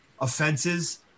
offenses